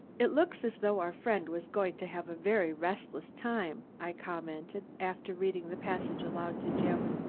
it looks as though our friend was going to have a very restless time, i commented, after reading the passage aloud to jim.